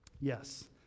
Yes